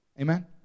Amen